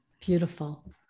beautiful